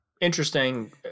interesting